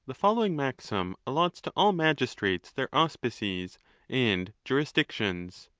the following maxim allots to all magistrates their auspices and jurisdictions.